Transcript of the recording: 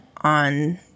on